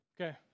Okay